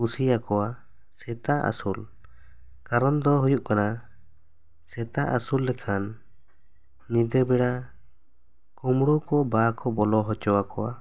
ᱠᱩᱥᱤᱭᱟᱠᱚᱣᱟ ᱥᱮᱛᱟ ᱟᱹᱥᱩᱞ ᱠᱟᱨᱚᱱ ᱫᱚ ᱦᱩᱭᱩᱜ ᱠᱟᱱᱟ ᱥᱮᱛᱟ ᱟᱹᱥᱩᱞ ᱞᱮᱠᱷᱟᱱ ᱧᱤᱫᱟᱹ ᱵᱮᱲᱟ ᱠᱩᱢᱵᱽᱲᱩ ᱠᱚ ᱵᱟᱠᱚ ᱵᱚᱞᱚ ᱚᱪᱚ ᱟᱠᱚᱣᱟ